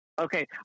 Okay